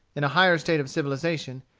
in a higher state of civilization,